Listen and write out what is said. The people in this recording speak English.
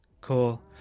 Cool